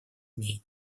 ней